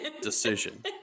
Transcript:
decision